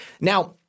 Now